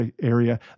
area